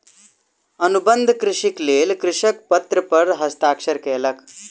अनुबंध कृषिक लेल कृषक पत्र पर हस्ताक्षर कयलक